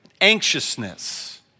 anxiousness